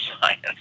science